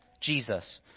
Jesus